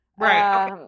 Right